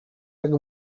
jak